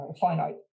finite